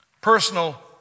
personal